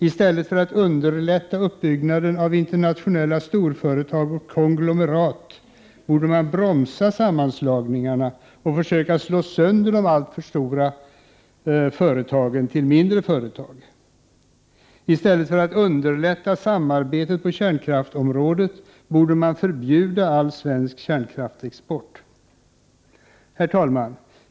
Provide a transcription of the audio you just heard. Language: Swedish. I stället för att underlätta uppbyggnaden av internationella storföretag och konglomerat borde man bromsa sammanslagningarna och försöka slå sönder de alltför stora företagen till mindre. I stället för att underlätta samarbetet på kärnkraftsområdet borde man förbjuda all svensk kärnkraftsexport. Herr talman!